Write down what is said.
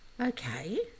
Okay